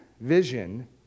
vision